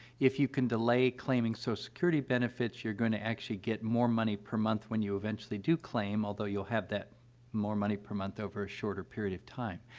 if you can delay claiming social so security benefits, you're going to actually get more money per month when you eventually do claim, although you'll have that more money per month over a shorter period of time.